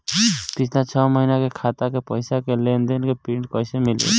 पिछला छह महीना के खाता के पइसा के लेन देन के प्रींट कइसे मिली?